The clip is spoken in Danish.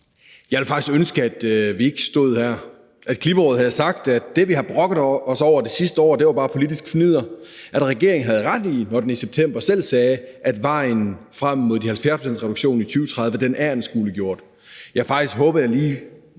Jeg ville faktisk ønske, at vi ikke stod her, men at Klimarådet havde sagt, at det, vi har brokket os over det sidste år, bare var politisk fnidder, at regeringen havde ret i det, når den i september selv sagde, at vejen frem mod 70-procentsreduktionen i 2030 er anskueliggjort. Jeg havde faktisk lige